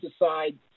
decide